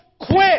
quit